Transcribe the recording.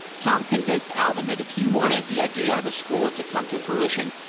tom convinced alvin that if he wanted the idea of a school to come to fruition,